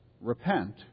repent